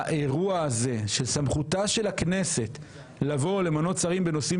האירוע הזה של סמכותה של הכנסת למנות שרים בנושאים